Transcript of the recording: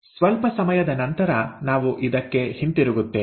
ಸ್ವಲ್ಪ ಸಮಯದ ನಂತರ ನಾವು ಇದಕ್ಕೆ ಹಿಂತಿರುಗುತ್ತೇವೆ